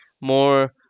more